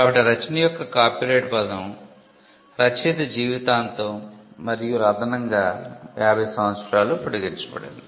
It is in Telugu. కాబట్టి రచన యొక్క కాపీరైట్ పదం రచయిత జీవితాంతం మరియు అదనంగా 50 సంవత్సరాలు పొడిగించబడింది